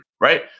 Right